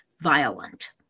violent